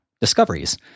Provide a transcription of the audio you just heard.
discoveries